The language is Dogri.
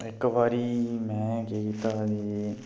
इक बारी में केह् कीता के